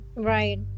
Right